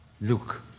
Luke